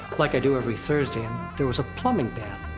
like i do every thursday. and there was a plumbing banner.